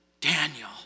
Daniel